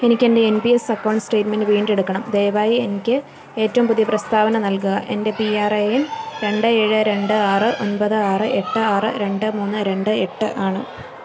എനിക്ക് എൻ്റെ N P S account statement വീണ്ടെടുക്കണം ദയവായി എനിക്ക് ഏറ്റവും പുതിയ പ്രസ്താവന നൽകുക എൻ്റെ പി ആർ എ എൻ രണ്ട് ഏഴ് രണ്ട് ആറ് ഒൻപത് ആറ് എട്ട് ആറ് രണ്ട് മൂന്ന് രണ്ട് എട്ട് ആണ്